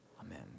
Amen